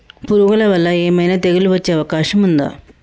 పురుగుల వల్ల ఏమైనా తెగులు వచ్చే అవకాశం ఉందా?